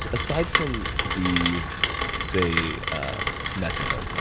aside from the say methadone,